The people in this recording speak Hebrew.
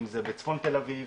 אם זה בצפון תל אביב,